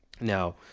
Now